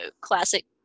classic